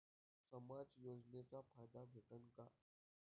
समाज योजनेचा फायदा भेटन का?